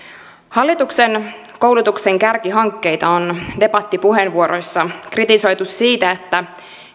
hallituksen koulutuksen kärkihankkeita on debattipuheenvuoroissa kritisoitu siitä että